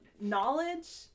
knowledge